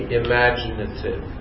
imaginative